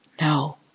No